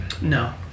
No